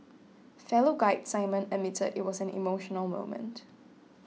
fellow guide Simon admitted it was an emotional moment